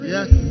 Yes